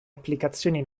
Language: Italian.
applicazioni